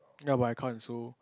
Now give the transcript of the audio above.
ya but I can't so